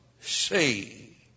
see